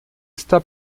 está